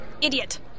idiot